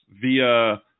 via